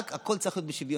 רק הכול צריך בשוויוניות.